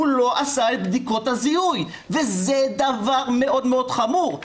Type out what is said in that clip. הוא לא עשה את בדיקות הזיהוי וזה דבר מאוד-מאוד חמור.